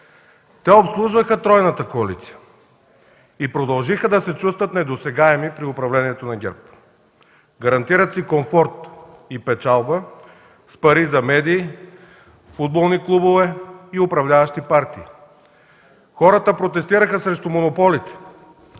Те обслужваха тройната коалиция и продължиха да се чувстват недосегаеми при управлението на ГЕРБ. Гарантират си комфорт и печалба с пари за медии, футболни клубове и управляващи партии. Хората протестираха срещу монополите,